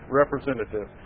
representative